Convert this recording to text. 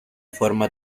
forma